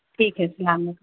ٹھیک ہے السلام علیکم